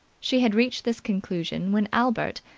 she had reached this conclusion when albert,